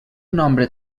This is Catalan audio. nombre